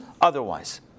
otherwise